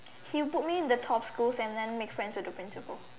he will put me in the top schools and then make friends with the principal